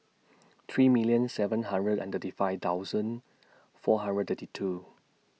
three million seven hundred and thirty five thousand four hundred thirty two